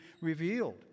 revealed